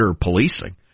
policing